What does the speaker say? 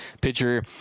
pitcher